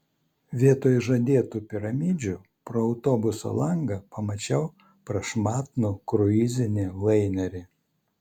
vietoj žadėtų piramidžių pro autobuso langą pamačiau prašmatnų kruizinį lainerį